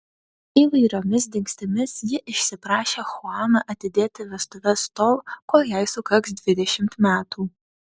įvairiomis dingstimis ji išsiprašė chuaną atidėti vestuves tol kol jai sukaks dvidešimt metų